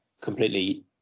completely